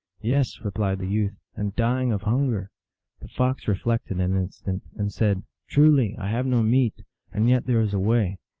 yes, replied the youth, and dying of hunger. the fox reflected an instant, and said, truly i have no meat and yet there is a way.